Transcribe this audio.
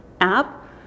app